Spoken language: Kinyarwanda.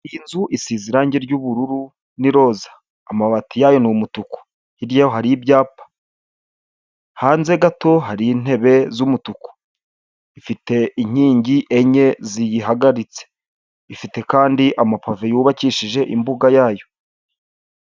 Iyi nzu isize irange ry'ubururu n'iroza, amabati yayo ni umutuku, hirya yayo hari ibyapa, hanze gato hari intebe z'umutuku, ifite inkingi enye ziyihagaritse, ifite kandi amapave yubakishije imbuga yayo.